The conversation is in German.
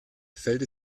fällt